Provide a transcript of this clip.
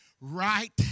right